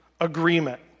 agreement